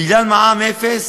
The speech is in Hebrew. בגלל מע"מ אפס